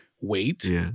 wait